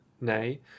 nay